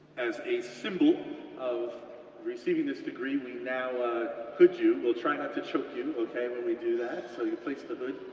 as a symbol of receiving this degree, we now ah hood you, we'll try not to choke you when we do that, so you'll place the hood,